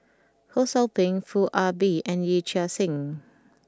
Ho Sou Ping Foo Ah Bee and Yee Chia Hsing